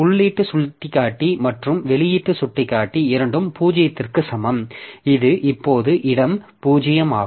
உள்ளீட்டு சுட்டிக்காட்டி மற்றும் வெளியீட்டு சுட்டிக்காட்டி இரண்டும் 0 க்கு சமம் இது இப்போது இடம் 0 ஆகும்